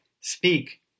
Speak